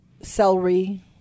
celery